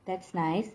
that's nice